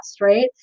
right